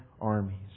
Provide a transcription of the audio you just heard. armies